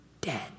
dead